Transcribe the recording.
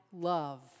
love